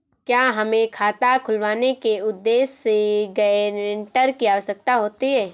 क्या हमें खाता खुलवाने के उद्देश्य से गैरेंटर की आवश्यकता होती है?